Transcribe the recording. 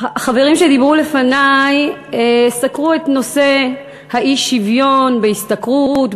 החברים שדיברו לפני סקרו את נושא האי-שוויון בהשתכרות,